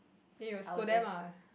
then you will scold them ah